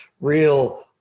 real